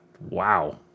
Wow